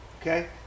Okay